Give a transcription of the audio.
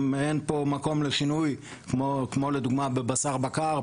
גם אין פה מקום לשינוי כמו לדוגמה בבשר בקר.